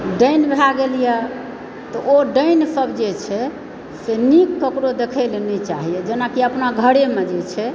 तऽ डाइन भए गेल यऽ तऽ ओ डाइनसभ जे छै से नीक ककरो देखय लऽ नहि चाहैए जेनाकि अपना घरेमे जे छै